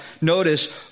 notice